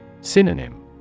Synonym